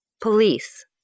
Police